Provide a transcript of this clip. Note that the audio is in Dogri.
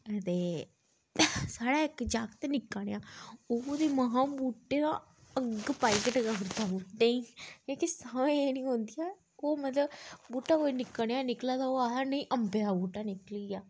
अते साढ़े इक जागत निक्का नेहा ओह् ते महां बूह्टे दा अग्ग पाइयै टकांदा बूह्टें ई जेह्कियां साह् जन औंदियां ओह् मतलब बूहटा कोई निक्का नेही निकला दा होऐ आखदा नी अम्बें दा बूह्टा निकली जा